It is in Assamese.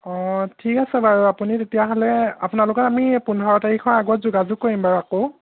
অঁ ঠিক আছে বাৰু আপুনি তেতিয়াহ'লে আপোনালোকৰ লগত আমি পোন্ধৰ তাৰিখৰ আগত যোগাযোগ কৰিম বাৰু আকৌ